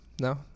no